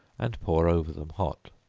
and pour over them hot.